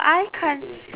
I can't